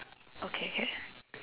okay